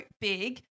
big